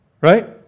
right